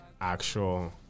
actual